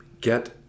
get